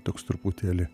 toks truputėlį